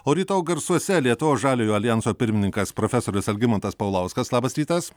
o rytoj garsuose lietuvos žaliojo aljanso pirmininkas profesorius algimantas paulauskas labas rytas